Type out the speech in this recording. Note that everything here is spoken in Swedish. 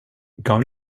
gav